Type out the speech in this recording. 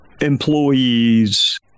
employees